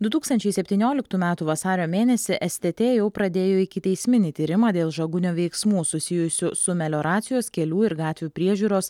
du tūkstančiai septynioliktų metų vasario mėnesį stt jau pradėjo ikiteisminį tyrimą dėl žagunio veiksmų susijusių su melioracijos kelių ir gatvių priežiūros